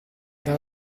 dar